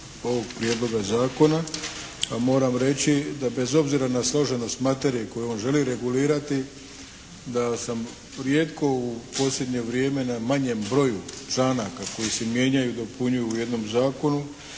ovog prijedloga zakona. A moram reći da bez obzira na složenost materije koju on želi regulirati da sam rijetko u posljednje vrijeme na manjem broju članaka koji se mijenjaju i dopunjuju u jednom zakonu